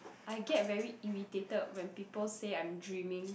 I get very irritated when people say I'm dreaming